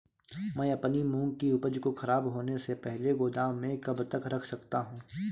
मैं अपनी मूंग की उपज को ख़राब होने से पहले गोदाम में कब तक रख सकता हूँ?